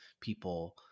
people